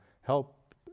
help